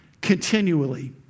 continually